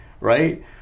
right